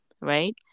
Right